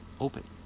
open